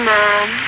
Mom